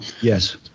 yes